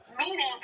Meaning